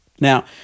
Now